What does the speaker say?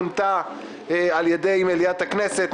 המסדרת שמונתה כרגע על ידי מליאת הכנסת.